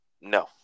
No